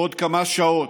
בעוד כמה שעות,